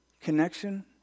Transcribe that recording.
Connection